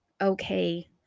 okay